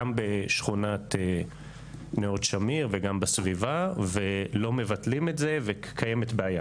גם בשכונת נאות שמיר וגם בסביבה ולא מבטלים את זה וקיימת בעיה.